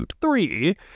three